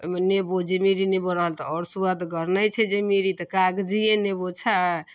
ओहिमे नेबो जमैरी नेबो रहल तऽ आओर सुअदगर नहि छै जमैरी तऽ कागजिए नेबो छै